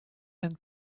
and